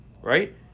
right